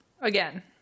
Again